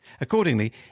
Accordingly